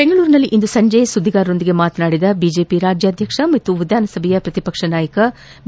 ಬೆಂಗಳೂರಿನಲ್ಲಿಂದು ಸಂಜೆ ಸುದ್ದಿಗಾರರೊಂದಿಗೆ ಮಾತನಾಡಿದ ಬಿಜೆಪಿ ರಾಜ್ಯಾಧ್ಯಕ್ಷ ಮತ್ತು ವಿಧಾನಸಭೆಯ ಪ್ರತಿಪಕ್ಷ ನಾಯಕ ಬಿ